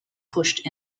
pushed